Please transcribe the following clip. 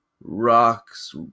Rocks